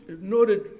noted